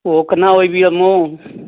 ꯑꯣ ꯀꯅꯥ ꯑꯣꯏꯕꯤꯔꯕꯅꯣ